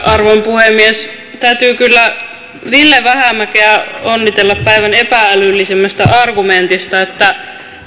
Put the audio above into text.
arvon puhemies täytyy kyllä ville vähämäkeä onnitella päivän epä älyllisimmästä argumentista että